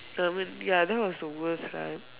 um ya that was the worst lah